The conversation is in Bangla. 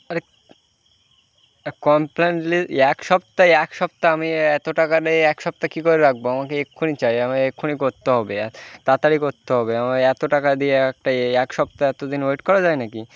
আরে কমপ্ল্যান লে এই এক সপ্তাহ এক সপ্তাহ আমি এত টাকা দিয়ে এক সপ্তাহ কী করে রাখবো আমাকে এক্ষুনি চাই আমার এক্ষুনি করতে হবে তাড়াতাড়ি করতে হবে আমায় এত টাকা দিয়ে একটা এক সপ্তাহ এত দিন ওয়েট করা যায় নাকি